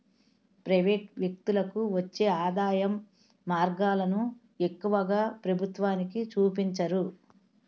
private వ్యక్తులకు వచ్చే ఆదాయం మార్గాలను ఎక్కువగా ప్రభుత్వానికి చూపించరు